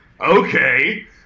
okay